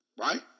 right